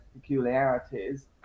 peculiarities